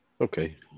Okay